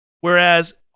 Whereas